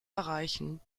erreichen